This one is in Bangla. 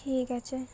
ঠিক আছে